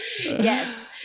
Yes